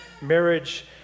marriage